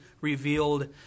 revealed